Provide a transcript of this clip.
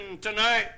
tonight